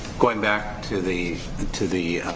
going back to the the to the